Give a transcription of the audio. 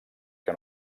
que